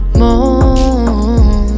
more